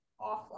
offline